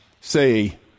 say